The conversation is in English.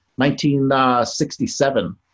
1967